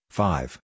five